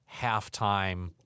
halftime